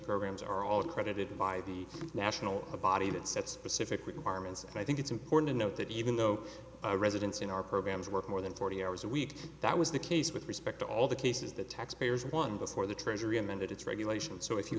programs are all accredited by the national body that sets pacific requirements and i think it's important to note that even though residents in our programs work more than forty hours a week that was the case with respect to all the cases that taxpayers won before the treasury amended its regulation so if you